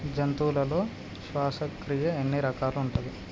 జంతువులలో శ్వాసక్రియ ఎన్ని రకాలు ఉంటది?